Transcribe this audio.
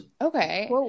okay